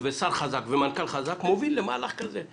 שר חזק ומנכ"ל חזק מובילים למהלך כזה.